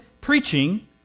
preaching